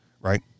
right